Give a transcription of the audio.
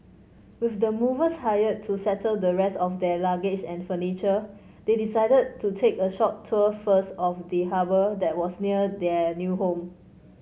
with the movers hired to settle the rest of their luggage and furniture they decided to take a short tour first of the harbour that was near their new home